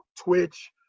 twitch